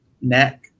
neck